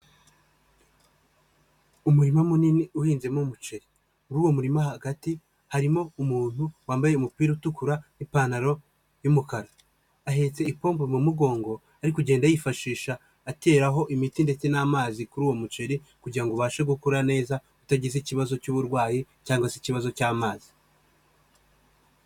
Umurima munini uhinzemo umuceri, muri uwo murima hagati harimo umuntu, wambaye umupira utukura n'ipantaro y'umukara, ahetse ipombe mu mugongo ari kugenda yifashisha, ateraho imiti ndetse n'amazi kuri uwo muceri kugira ngo ubashe gukura neza, utagize ikibazo cy'uburwayi cyangwa se ikibazo cy'amazi.